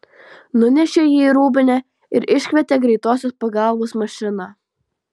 nunešė jį į rūbinę ir iškvietė greitosios pagalbos mašiną